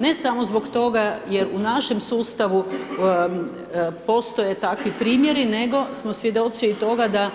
Ne samo zbog toga jer u našem sustavu postoje takvi primjeri nego smo svjedoci i toga da